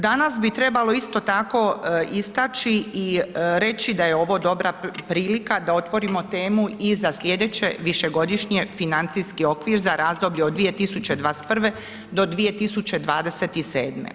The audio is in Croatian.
Danas bi trebalo isto tako istaći i reći da je ovo dobra prilika da otvorimo temu i za slijedeće višegodišnje financijski okvir za razdoblje od 2021.-2027.